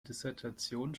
dissertation